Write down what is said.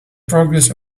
progress